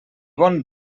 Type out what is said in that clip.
bon